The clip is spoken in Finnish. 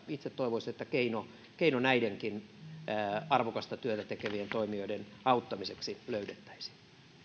itse toivoisin että keino keino näidenkin arvokasta työtä tekevien toimijoiden auttamiseksi löydettäisiin